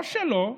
בראש שלו,